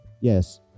Yes